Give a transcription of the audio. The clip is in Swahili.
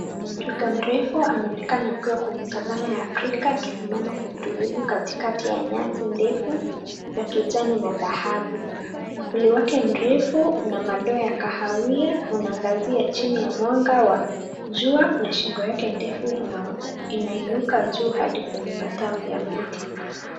Twiga mrefu anaonekana akiwa katika savannah ya Afrika akisimama kwa utulivu katikati ya nyasi ndefu za kijani na dhahabu. Mwili wake mrefu una madoa ya kahawia, unaangazia chini ya mwanga wa jua na shingo yake ndefu imeinuka juu hadi kwenye matawi ya miti.